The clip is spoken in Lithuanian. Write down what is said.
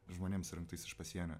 žmonėm surinktais iš pasienio